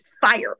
fire